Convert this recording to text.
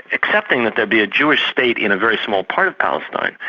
affecting that there'd be a jewish state in a very small part of palestine.